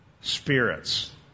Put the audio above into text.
spirits